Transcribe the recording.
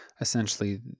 essentially